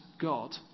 God